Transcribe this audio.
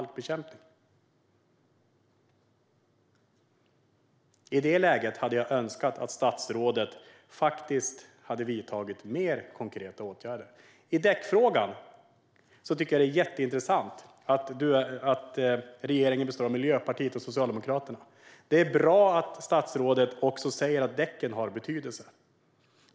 I detta läge skulle jag önska att statsrådet vidtar mer konkreta åtgärder. När det gäller däckfrågan tycker jag att det är jätteintressant att regeringen består av Miljöpartiet och Socialdemokraterna. Det är bra att statsrådet säger att däcken har betydelse.